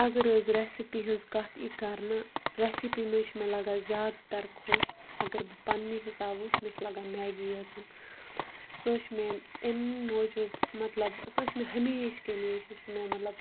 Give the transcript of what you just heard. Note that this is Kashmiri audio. اگر حظ ریسپی ہِنٛز کَتھ یی کَرنہٕ ریسپی منٛز چھُ مےٚ لگان زیادٕ تَر خۄش اگر بہٕ پَننہِ حِساب وٕچھ مےٚ چھِ لَگان میگی یٲژَن سۄ حظ چھُ مےٚ امہِ موٗجوٗب مَطلب سۄ چھِ مےٚ ہَمیش کے لیے چھِ سُہ مےٚ مَطلب